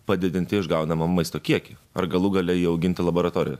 padidinti išgaunamą maisto kiekį ar galų gale jį auginti laboratorijose